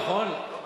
לא, נכון?